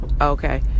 Okay